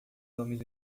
homens